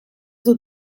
dut